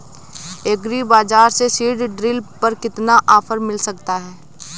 Agree बाजार से seed drill पर कितना ऑफर मिल सकता है?